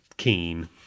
keen